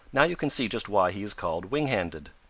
now you can see just why he is called winghanded,